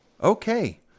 Okay